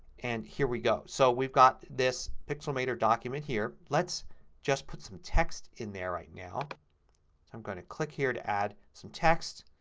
and here we go. so we've got this pixelmator document. let's just put some text in there right now. so i'm going to click here to add some text.